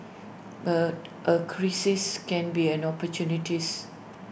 but A crisis can be an opportunities